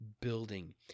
building